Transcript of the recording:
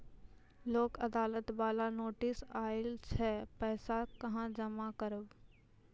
लोक अदालत बाला नोटिस आयल छै पैसा कहां जमा करबऽ?